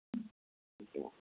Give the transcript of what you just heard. ம் ஓகேம்மா